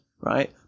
right